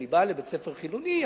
אני בא לבית-ספר חילוני,